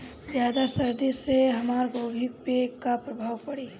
ज्यादा सर्दी से हमार गोभी पे का प्रभाव पड़ी?